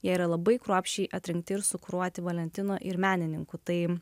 jie yra labai kruopščiai atrinkti ir sukuruoti valentino ir menininkų taip